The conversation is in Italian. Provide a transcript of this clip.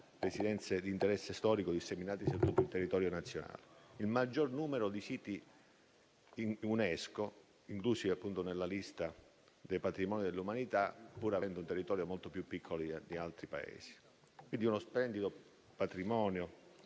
residenze di interesse storico disseminati su tutto il territorio nazionale e il maggior numero di siti UNESCO inclusi nella lista del patrimonio dell'umanità, pur avendo un territorio molto più piccolo rispetto ad altri Paesi. Si tratta quindi di uno splendido patrimonio,